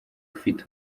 ufite